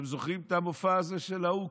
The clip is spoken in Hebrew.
אתם זוכרים את המופע הזה של ההוא,